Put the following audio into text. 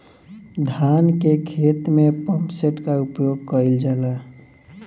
धान के ख़हेते में पम्पसेट का उपयोग कइल जाला?